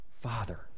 Father